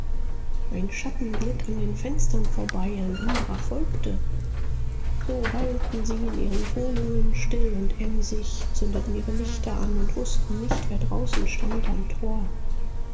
ein schatten glitt an den fenstern vorbei ein andrer folgte so weilten sie in ihren wohnungen still und emsig zündeten ihre lichter an und wußten nicht wer draußen stand am tor